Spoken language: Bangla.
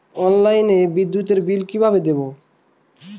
অনলাইনে বিদ্যুতের বিল কিভাবে দেব?